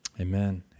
Amen